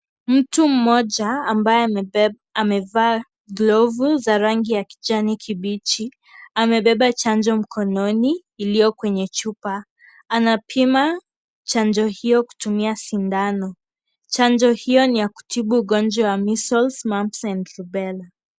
Mtu mmoja, ambaye amebe, amevaa glovu, za rangi ya kijani kibichi, amebeba chanjo mkononi, iliyo kwenye chupa, anapima, chanjo hiyo kutumia sindano, chanjo hio ni ya kutibu ugonjwa wa (cs)missles, mums and rubella(cs).